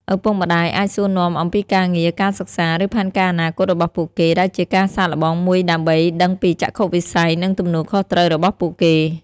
ឪពុកម្តាយ អាចសួរនាំអំពីការងារ ការសិក្សា ឬផែនការអនាគតរបស់ពួកគេ ដែលជាការសាកល្បងមួយដើម្បីដឹងពីចក្ខុវិស័យ និងទំនួលខុសត្រូវរបស់ពួកគេ។